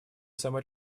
самой